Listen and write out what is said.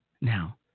Now